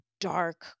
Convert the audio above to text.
dark